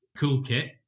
CoolKit